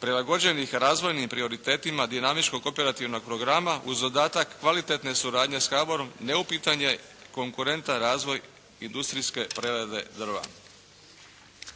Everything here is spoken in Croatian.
prilagođenih razvojnim prioritetima dinamičnog operativnog progama uz dodatak kvalitetne suradnje sa HABOR-om neupitan je konkurentan razvoj industrijske prerade drva.